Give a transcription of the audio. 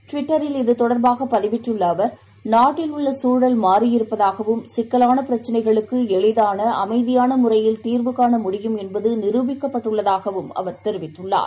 ட்விட்டரில் இது தொடர்பாகபதிவிட்டுள்ளஅவர் நாட்டில் உள்ளசூழல் மாறியிருப்பதாகவும் சிக்கலானபிரச்னைகளுக்குஎளிதானஅமைதியானமுறையில் தீர்வு காண முடியும் என்பதுநிருபிக்கப்பட்டுள்ளதாகவும் அவர் தெரிவித்துள்ளார்